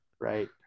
right